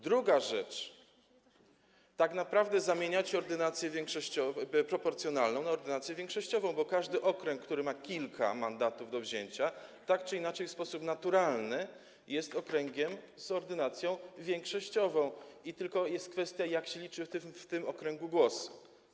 Druga rzecz: tak naprawdę zamieniacie ordynację proporcjonalną na ordynację większościową, bo każdy okręg, który ma kilka mandatów do wzięcia, tak czy inaczej w sposób naturalny jest okręgiem z ordynacją większościową, i tylko jest kwestia, jak się liczy w tym okręgu głosy.